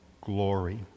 glory